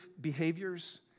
behaviors